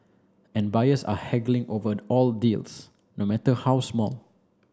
and buyers are haggling over all deals no matter how small